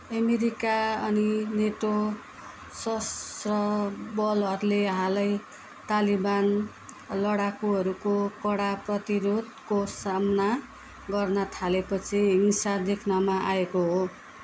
America अनि NATO शस्त्र बलहरूले हालै तालिबन लडाकुहरूको कडा प्रतिरोधको सामना गर्न थालेपछि हिंसा देख्नमा आएको हो